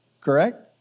Correct